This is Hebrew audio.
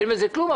אין בזה כלום.